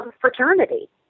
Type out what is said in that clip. fraternity